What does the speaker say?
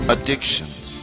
Addictions